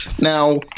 Now